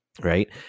right